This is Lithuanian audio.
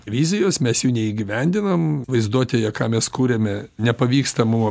vizijos mes jų neįgyvendinam vaizduotėje ką mes kuriame nepavyksta buvo